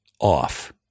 off